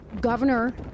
governor